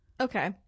Okay